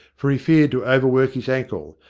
for he feared to overwork his ankle,